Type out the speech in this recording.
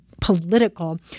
political